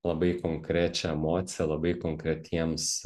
labai konkrečią emociją labai konkretiems